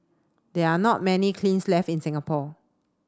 there are not many kilns left in Singapore